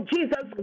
Jesus